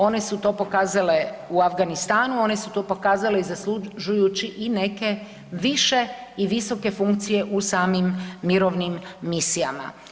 One su to pokazale u Afganistanu, one su to pokazale zaslužujući i neke više i visoke funkcije u samim mirovnim misijama.